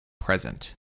present